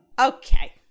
Okay